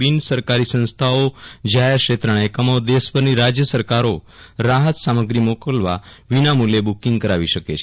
બિન સરકારી સંસ્થાઓ જોહર ક્ષેત્રનાએકમો દેશભરની રાજ્ય સરકારો રાહત સામગ્રી મોકલવા વિનામુલ્યે બુકીંગ કરાવી શકે છે